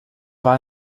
war